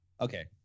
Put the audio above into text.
Okay